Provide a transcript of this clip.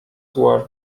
where